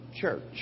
church